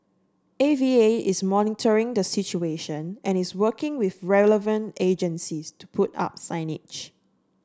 A V A is monitoring the situation and is working with relevant agencies to put up signage